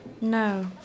No